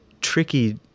tricky